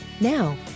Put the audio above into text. Now